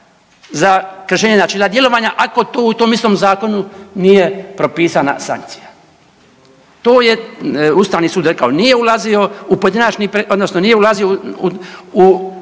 za kršenje načela djelovanja ako to u tom istom zakonu nije propisana sankcija. To je Ustavni sud rekao. Nije ulazio u pojedinačni, odnosno nije ulazio u